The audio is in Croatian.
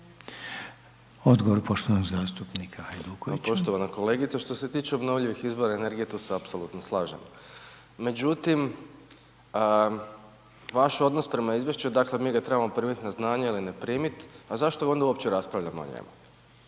**Hajduković, Domagoj (SDP)** Pa poštovana kolegice što se tiče obnovljivih izvora energije tu se apsolutno slažem. Međutim, vaš odnos prema izvješću, dakle mi ga trebamo primiti na znanje ili ne primiti a zašto onda uopće raspravljamo o njemu